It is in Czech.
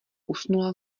usnula